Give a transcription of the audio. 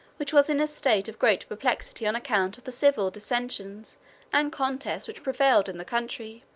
which was in a state of great perplexity on account of the civil dissensions and contests which prevailed in the country.